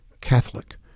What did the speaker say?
Catholic